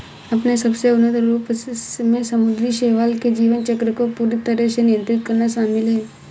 अपने सबसे उन्नत रूप में समुद्री शैवाल के जीवन चक्र को पूरी तरह से नियंत्रित करना शामिल है